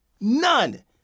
None